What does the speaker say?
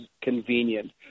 convenient